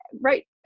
right